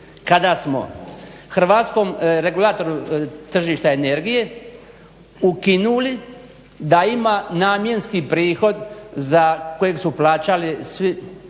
kada smo Hrvatskom regulatoru tržišta energije ukinuli da ima namjenski prihod koji su plaćali svi